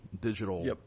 digital